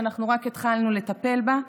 שאנחנו רק התחלנו לטפל בה,